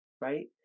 right